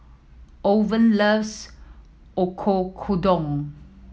Owen loves Oyakodon